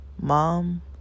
Mom